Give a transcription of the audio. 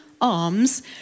Arms